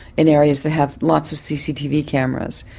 in areas that have lots of cctv cameras.